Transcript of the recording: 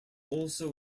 also